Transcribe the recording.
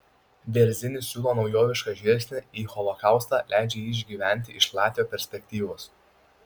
bėrzinis siūlo naujovišką žvilgsnį į holokaustą leidžia jį išgyventi iš latvio perspektyvos